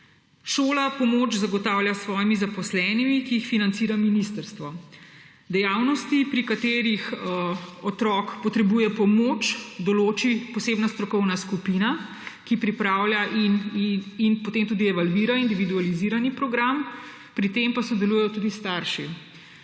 Šola pomoč zagotavlja s svojimi zaposlenimi, ki jih financira ministrstvo. Dejavnosti, pri katerih otrok potrebuje pomoč, določi posebna strokovna skupina, ki pripravlja in potem tudi evalvira individualizirani program, pri tem pa sodelujejo tudi starši.